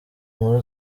muri